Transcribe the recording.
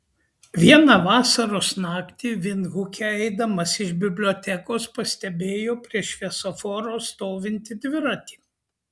vieną vasaros naktį vindhuke eidamas iš bibliotekos pastebėjo prie šviesoforo stovintį dviratį